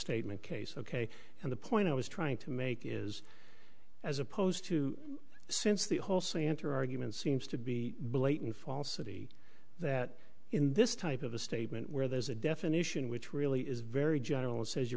tatement case ok and the point i was trying to make is as opposed to since the whole santer argument seems to be blatant falsity that in this type of a statement where there's a definition which really is very general and says you